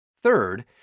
Third